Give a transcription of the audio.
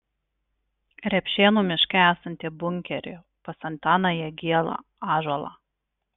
repšėnų miške esantį bunkerį pas antaną jagielą ąžuolą